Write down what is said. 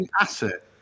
asset